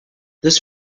this